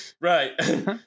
right